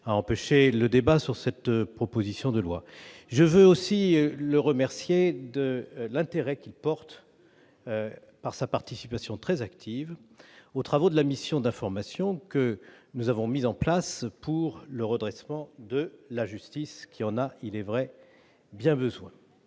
à empêcher le débat sur cette proposition de loi. Je veux aussi remercier M. Jacques Bigot de l'intérêt qu'il porte, par sa participation très active, aux travaux de la mission d'information que nous avons mise en place sur le redressement de la justice, qui en a, il est vrai, bien besoin.